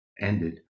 ended